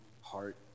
heart